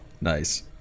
Nice